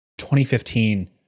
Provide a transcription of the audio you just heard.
2015